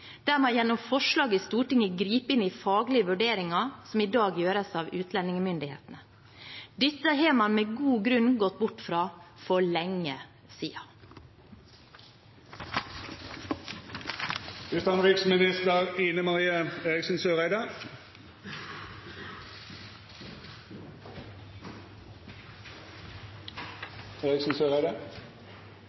der man gjennom forslag i Stortinget griper inn i faglige vurderinger som i dag gjøres av utlendingsmyndighetene. Dette har man med god grunn gått bort fra for lenge